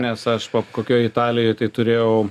nes aš va kokioj italijoj tai turėjau